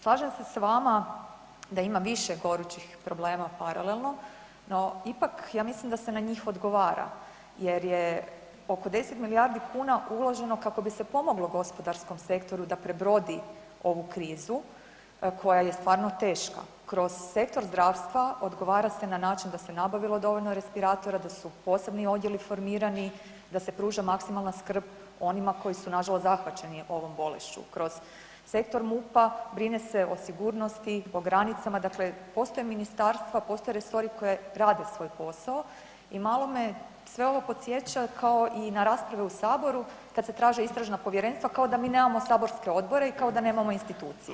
Slažem se s vama da ima više gorućih problema paralelno, no ipak ja mislim da se njih odgovara jer je oko 10 milijardi kuna uloženo kako bi se pomoglo gospodarskom sektoru da prebrodi ovu krizu koja je stvarno teška, kroz sektor zdravstva odgovara se na način da se nabavilo dovoljno respiratora, da su posebni odjeli formirani, da se pruža maksimalna skrb onima koji su nažalost zahvaćeni ovom bolešću, kroz sektor MUP-a brine se o sigurnost, o granicama, dakle postoje ministarstva, postoje resori koji rade svoj posao i malo me sve ovo podsjeća kao i na raspravu u Saboru kad se traže istražna povjerenstva kao da mi nemamo saborske odbore i kao da nemamo institucije.